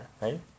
right